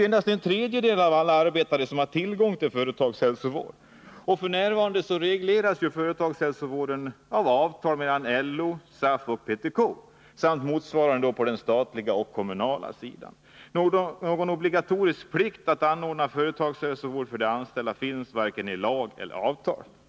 Endast en tredjedel av alla arbetare har nu tillgång till företagshälsovård. F.n. regleras företagshälsovården av avtal mellan LO, SAF och PTK — motsvarande avtal gäller på den statliga och den kommunala sidan. Någon obligatorisk plikt att anordna företagshälsovård för de anställda finns varken ilagelleri avtal.